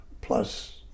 plus